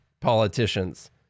politicians